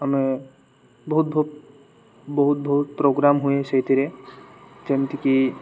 ଆମେ ବହୁତ ବହୁତ ବହୁତ ପ୍ରୋଗ୍ରାମ ହୁଏ ସେଇଥିରେ ଯେମିତିକି